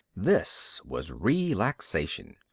this was relaxation.